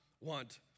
want